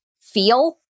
feel